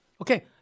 Okay